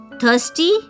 thirsty